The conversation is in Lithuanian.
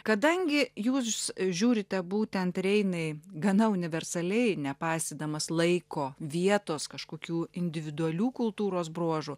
kadangi jūs žiūrite būtent reinai gana universaliai nepaisydamas laiko vietos kažkokių individualių kultūros bruožų